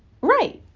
Right